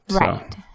Right